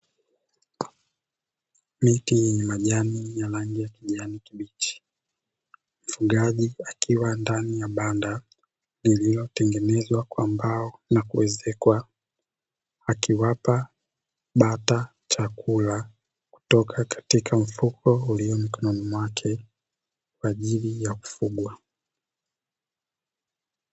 Miti yenye majani ya rangi ya kijani kibichi. mfugaji akiwa ndani ya banda lililotengenezwa kwa mbao na kuezekwa, akiwapa bata chakula kutoka katika mfuko ulio mikononi mwake kwa ajili ya kufugwa.